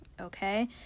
okay